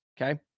Okay